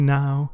now